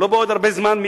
לא בעוד הרבה זמן,